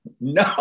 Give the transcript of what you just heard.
no